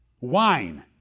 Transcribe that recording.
wine